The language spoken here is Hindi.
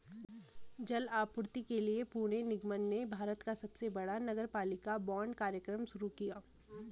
जल आपूर्ति के लिए पुणे निगम ने भारत का सबसे बड़ा नगरपालिका बांड कार्यक्रम शुरू किया